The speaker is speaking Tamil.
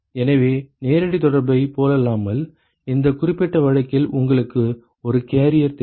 எனவே நேரடித் தொடர்பைப் போலல்லாமல் இந்தக் குறிப்பிட்ட வழக்கில் உங்களுக்கு ஒரு கேரியர் தேவை